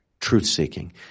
truth-seeking